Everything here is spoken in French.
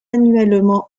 annuellement